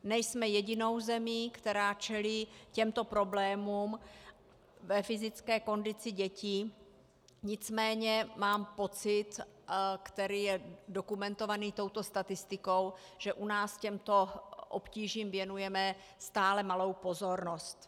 Nejsme jedinou zemí, která čelí těmto problémům ve fyzické kondici dětí, nicméně mám pocit, který je dokumentovaný touto statistikou, že u nás těmto obtížím věnujeme stále malou pozornost.